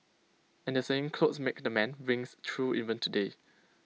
and the saying clothes make the man rings true even today